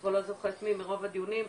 כבר לא זוכרת מי מרוב הדיונים,